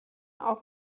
auf